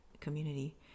community